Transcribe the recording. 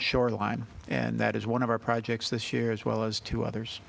shoreline and that is one of our projects this year as well as to others